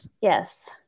Yes